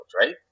right